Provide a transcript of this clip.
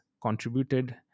contributed